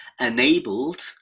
enabled